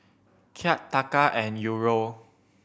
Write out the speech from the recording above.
Kyat Taka and Euro